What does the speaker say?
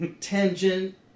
tangent